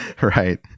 Right